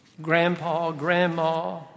Grandpa-Grandma